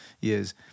years